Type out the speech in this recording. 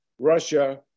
Russia